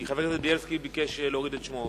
כי חבר הכנסת בילסקי ביקש להוריד את שמו.